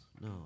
No